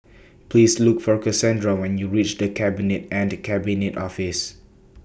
Please Look For Casandra when YOU REACH The Cabinet and The Cabinet Office